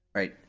alright,